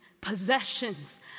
possessions